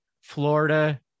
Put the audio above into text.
Florida